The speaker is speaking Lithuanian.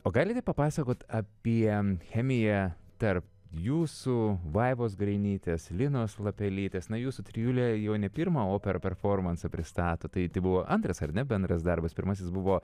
o galite papasakot apie chemiją tarp jūsų vaivos grainytės linos lapelytės na jūsų trijulė jau ne pirmą operą performansą pristato tai tai buvo antras ar ne bendras darbas pirmasis buvo